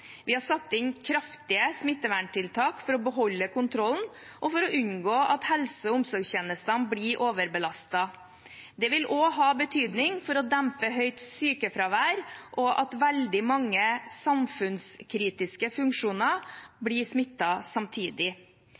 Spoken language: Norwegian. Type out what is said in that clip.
Vi har satt inn kraftige smitteverntiltak for å beholde kontrollen og for å unngå at helse- og omsorgstjenesten blir overbelastet. Dette vil også ha betydning for å dempe høyt sykefravær og at veldig mange i samfunnskritiske funksjoner blir smittet samtidig.